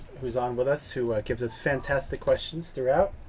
who's on with us who gives us fantastic questions throughout.